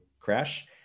crash